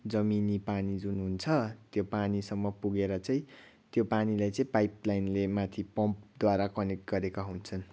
जमिनी पानी जुन हुन्छ त्यो पानीसम्म पुगेर चाहिँ त्यो पानीलाई चाहिँ पाइपलाइनले माथि पम्पद्वारा कनेक्ट गरेका हुन्छन्